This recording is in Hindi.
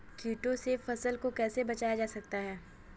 कीटों से फसल को कैसे बचाया जा सकता है?